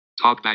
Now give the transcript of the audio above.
TalkBack